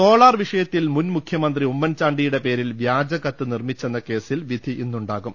solar വിഷയത്തിൽ മുൻമുഖ്യമന്ത്രി ഉമ്മൻചാണ്ടിയുടെ പേരിൽ വ്യാജ കത്ത് നിർമ്മിച്ചെന്ന കേസിൽ വിധി ഇന്നുണ്ടാ കും